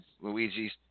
Luigi's